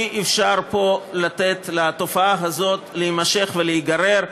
אי-אפשר פה לתת לתופעה הזאת להימשך ולהיגרר.